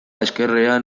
ezkerrean